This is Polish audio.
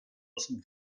osób